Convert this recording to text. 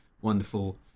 wonderful